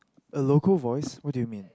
a local voice what do you mean